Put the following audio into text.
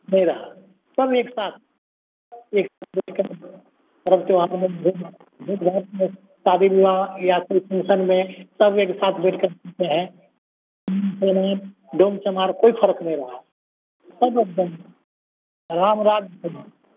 नहीं रहा सब एक साथ एक पर्व त्यौहार में शादी विवाह या कोई फंगक्शन में सब एक साथ बैठकर हैं में डोम चमार कोई फ़र्क़ नहीं रहा सब एक दम राम राज्य